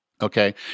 Okay